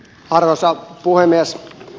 arvoisa puhemies